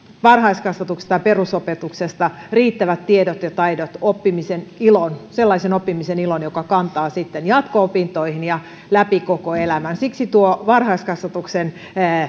varhaiskasvatuksesta ja perusopetuksesta riittävät tiedot ja taidot oppimisen ilon sellaisen oppimisen ilon joka kantaa sitten jatko opintoihin ja läpi koko elämän siksi varhaiskasvatuksen